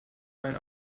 mein